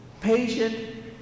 patient